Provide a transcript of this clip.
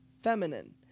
feminine